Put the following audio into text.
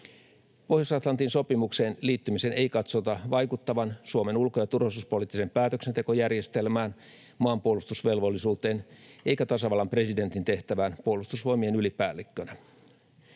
Pohjois-Atlantin sopimukseen liittymisen ei katsota vaikuttavan Suomen ulko- ja turvallisuuspoliittiseen päätöksentekojärjestelmään, maanpuolustusvelvollisuuteen eikä tasavallan presidentin tehtävään Puolustusvoimien ylipäällikkönä.